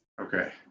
Okay